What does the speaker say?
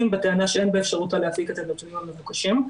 בטענה שאין באפשרותה להפיק את הנתונים המבוקשים,